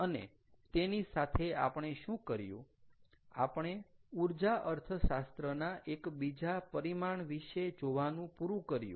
અને તેની સાથે આપણે શું કર્યું આપણે ઊર્જા અર્થશાસ્ત્રના એક બીજા પરિમાણ વિષે જોવાનું પૂરું કર્યું